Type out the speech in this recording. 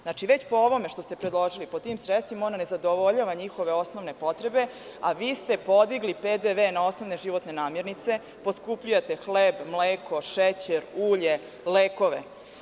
Znači, već po ovome što ste predložili, tim sredstvima, ona ne zadovoljava njihove osnovne potrebe, a vi ste podigli PDV na osnovne životne namirnice, poskupljujete hleb, mleko, šećer, ulje, lekove.